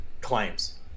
claims